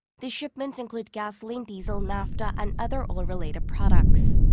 the shipments include gasoline, diesel, naphtha and other oil-related products.